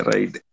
Right